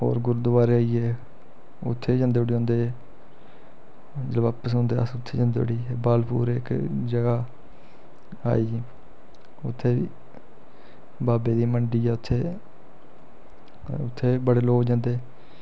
होर गुरुद्वारे आई गे उत्थें जंदे उठी औंदे जिसलै अस बापस औंदे अस उत्थें जंदे उठी बालपुर इक जगह् आई गेई उत्थें बी बाबे दी मंडी ऐ उत्थें हां उत्थें लोक जंदे